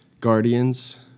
Guardians